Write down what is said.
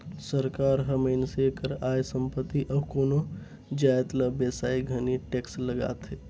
सरकार हर मइनसे कर आय, संपत्ति अउ कोनो जाएत ल बेसाए घनी टेक्स लगाथे